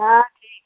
हाँ ठीक है